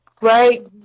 right